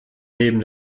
neben